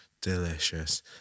Delicious